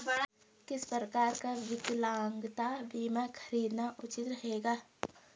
किस प्रकार का विकलांगता बीमा खरीदना उचित रहेगा?